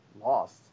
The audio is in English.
lost